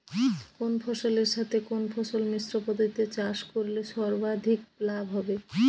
কোন ফসলের সাথে কোন ফসল মিশ্র পদ্ধতিতে চাষ করলে সর্বাধিক লাভ হবে?